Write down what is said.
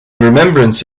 remembrance